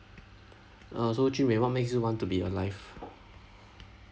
uh so jun wei what makes you want to be alive